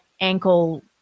ankle